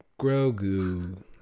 Grogu